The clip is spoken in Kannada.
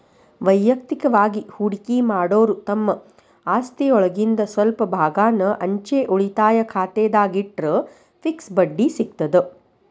ವಯಕ್ತಿಕವಾಗಿ ಹೂಡಕಿ ಮಾಡೋರು ತಮ್ಮ ಆಸ್ತಿಒಳಗಿಂದ್ ಸ್ವಲ್ಪ ಭಾಗಾನ ಅಂಚೆ ಉಳಿತಾಯ ಖಾತೆದಾಗ ಇಟ್ಟರ ಫಿಕ್ಸ್ ಬಡ್ಡಿ ಸಿಗತದ